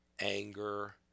anger